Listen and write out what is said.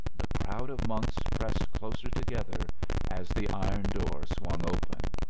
the crowd of monks pressed closer together as the iron door swung open.